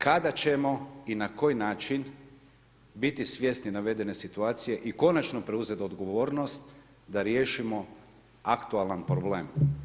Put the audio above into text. Kada ćemo i na koji način biti svjesni navedene situacije i konačno preuzeti odgovornost da riješimo aktualan problem?